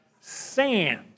sand